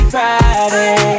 Friday